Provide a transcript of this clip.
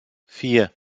vier